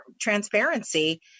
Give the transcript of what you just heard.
transparency